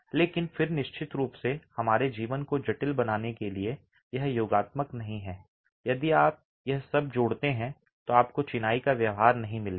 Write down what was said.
लेकिन फिर निश्चित रूप से हमारे जीवन को जटिल बनाने के लिए यह योगात्मक नहीं है यदि आप यह सब जोड़ते हैं तो आपको चिनाई का व्यवहार नहीं मिलेगा